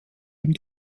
dem